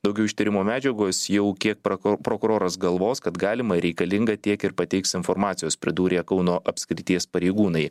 daugiau iš tyrimo medžiagos jau kiek prako prokuroras galvos kad galima reikalinga tiek ir pateiks informacijos pridūrė kauno apskrities pareigūnai